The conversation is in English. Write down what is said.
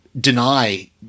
deny